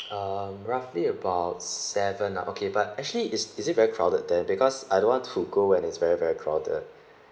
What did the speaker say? um roughly about seven ah okay but actually is is it very crowded then because I don't want to go when it's very very crowded